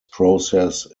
process